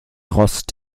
rost